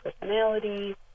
personality